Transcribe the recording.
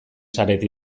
zarete